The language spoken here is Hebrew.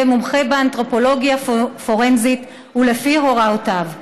מומחה באנתרופולוגיה פורנזית ולפי הוראותיו,